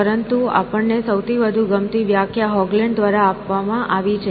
પરંતુ આપણને સૌથી વધુ ગમતી વ્યાખ્યા હોગલેન્ડ દ્વારા આપવામાં આવી છે